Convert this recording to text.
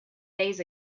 days